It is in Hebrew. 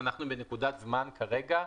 שאנחנו בנקודת זמן כרגע,